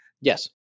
Yes